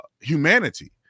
humanity